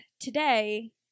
today